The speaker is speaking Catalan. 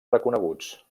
reconeguts